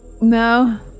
No